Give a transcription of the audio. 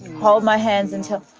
hold my hands and tell.